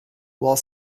while